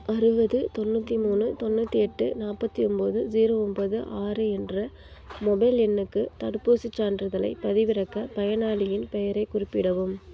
அறுபது தொண்ணூற்றி மூணு தொண்ணூற்றி எட்டு நாற்பத்தி ஒன்பது ஜீரோ ஒன்போது ஆறு என்ற மொபைல் எண்ணுக்கு தடுப்பூசிச் சான்றிதழைப் பதிவிறக்க பயனாளியின் பெயரைக் குறிப்பிடவும்